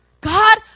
God